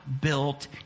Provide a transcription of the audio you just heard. built